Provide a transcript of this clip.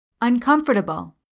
Uncomfortable